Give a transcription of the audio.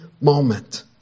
moment